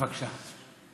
בבקשה.